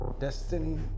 destiny